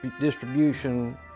distribution